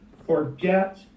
Forget